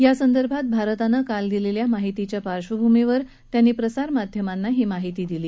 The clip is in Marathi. यासंदर्भात भारतानं काल दिलेल्या माहितीच्या पार्कभूमीवर त्यांनी प्रसार माध्यमांना ही माहिती दिली